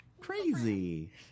Crazy